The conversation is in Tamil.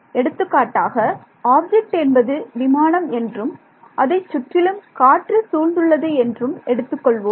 எடுத்துக்காட்டாக ஆப்ஜெக்ட் என்பது விமானம் என்றும் அதைச் சுற்றிலும் காற்று சூழ்ந்துள்ளது என்றும் எடுத்துக்கொள்வோம்